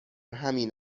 همین